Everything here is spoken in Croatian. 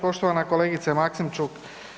Poštovana kolegice Maksimčuk.